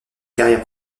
carrière